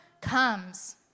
comes